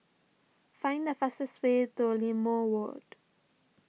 find the fastest way to Limau Ward